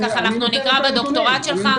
אנחנו נקרא בדוקטורט שלך.